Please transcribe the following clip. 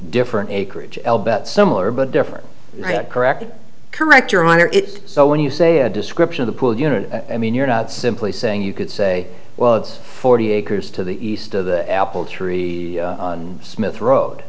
different acreage about similar but different correct correct your honor it's so when you say a description of the pool unit i mean you're not simply saying you could say well it's forty acres to the east of the apple tree smith road